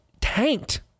tanked